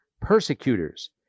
persecutors